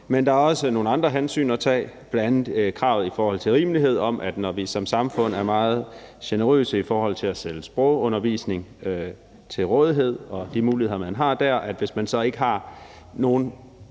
Men der er også nogle andre hensyn at tage, bl.a. kravet i forhold til rimelighed om, at når vi som samfund er meget generøse i forhold til at stille sprogundervisning til rådighed og de muligheder, man har der, og hvis man så ikke har nogen